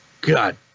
God